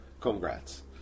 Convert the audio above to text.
Congrats